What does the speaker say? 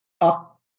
up